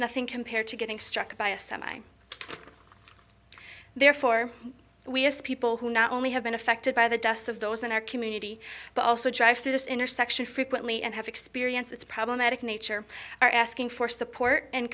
nothing compared to getting struck by a semi therefore we have people who not only have been affected by the deaths of those in our community but also try for this intersection frequently and have experienced it's problematic nature are asking for support and